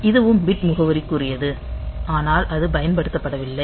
இதுவும் பிட் முகவரிக்குரியது ஆனால் அது பயன்படுத்தப்படவில்லை